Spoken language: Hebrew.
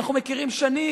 אנחנו מכירים שנים,